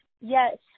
Yes